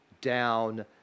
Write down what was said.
down